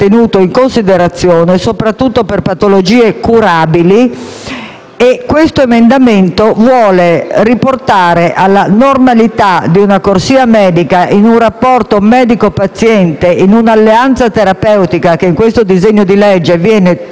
Questo emendamento vuole riportare alla normalità di una corsia medica, in un rapporto medico-paziente e in un'alleanza terapeutica che in questo disegno di legge vengono totalmente calpestati, questi principi fondamentali.